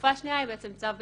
החלופה השנייה היא צו בתשלומים,